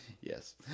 Yes